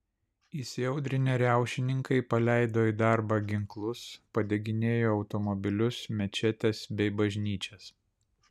įsiaudrinę riaušininkai paleido į darbą ginklus padeginėjo automobilius mečetes bei bažnyčias